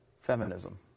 feminism